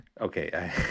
Okay